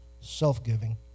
Self-giving